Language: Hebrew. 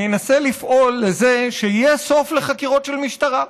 אני אנסה לפעול לזה שיהיה סוף לחקירות של המשטרה,